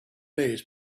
days